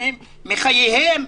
מחייהם,